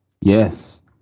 Yes